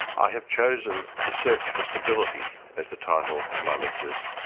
i have chosen the search for stability as the title of my lectures,